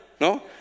¿no